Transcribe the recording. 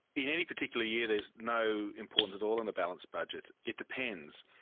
in any particular year there is no importance at all in a balanced budget. it depends.